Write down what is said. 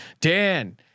Dan